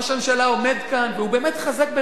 ראש הממשלה עומד כאן, והוא באמת חזק ברטוריקה,